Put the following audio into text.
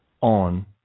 on